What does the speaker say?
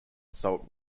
assault